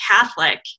Catholic